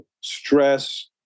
stress